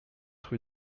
rue